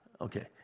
Okay